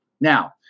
Now